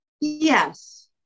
yes